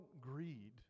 greed